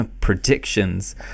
predictions